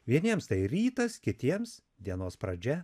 vieniems tai rytas kitiems dienos pradžia